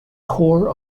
core